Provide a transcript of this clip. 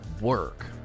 work